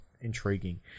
intriguing